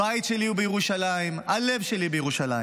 הבית שלי הוא בירושלים, הלב שלי בירושלים.